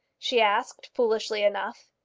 she asked, foolishly enough.